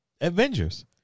Avengers